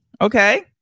okay